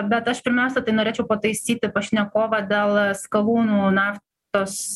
bet aš pirmiausia tai norėčiau pataisyti pašnekovą dėl skalūnų naftos